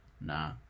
nah